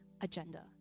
agenda